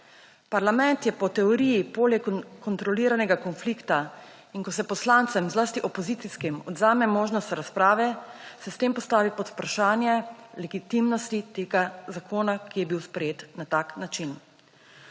Parlament je po teoriji polje kontroliranega konflikta. In ko se poslancem, zlasti opozicijskim, odvzame možnost razprave, se s tem postavi pod vprašanje legitimnost tega zakona, ki je bil sprejet na tak način.